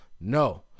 No